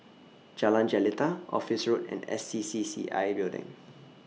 Jalan Jelita Office Road and S C C C I Building